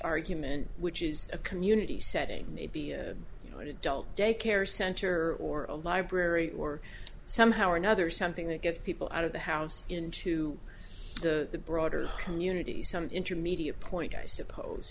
argument which is a community setting may be you know an adult daycare center or a library or somehow or another something that gets people out of the house into the broader community some intermediate point i suppose